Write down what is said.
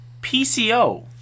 PCO